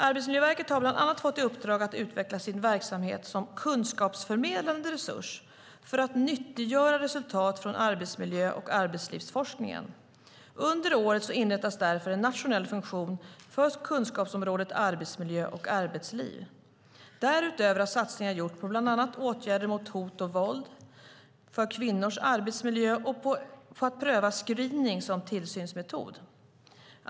Arbetsmiljöverket har bland annat fått i uppdrag att utveckla sin verksamhet som kunskapsförmedlande resurs för att nyttiggöra resultat från arbetsmiljö och arbetslivsforskningen. Under året inrättas därför en nationell funktion för kunskapsområdet arbetsmiljö och arbetsliv. Därutöver har satsningar gjorts på bland annat åtgärder mot hot och våld, för kvinnors arbetsmiljö och för att pröva screening som tillsynsmetod.